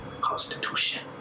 constitution